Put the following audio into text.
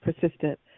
persistent